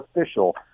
official